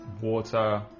water